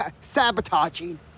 sabotaging